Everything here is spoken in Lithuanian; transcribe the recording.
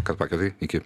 kad pakvietei iki